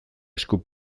esku